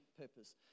purpose